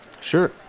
sure